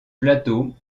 plateau